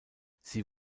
sie